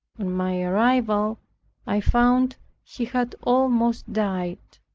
on my arrival i found he had almost died.